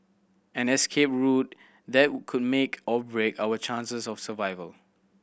an escape route that could make or break our chances of survival